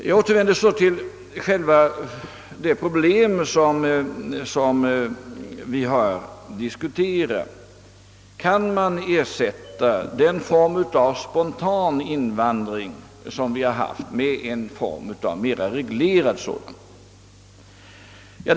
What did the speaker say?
Jag återvänder till själva det problem som vi här diskuterar: Kan den spontana invandring som hittills förekommit ersättas med någon form av reglerad invandring?